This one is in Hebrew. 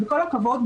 בכל הכבוד,